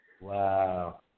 Wow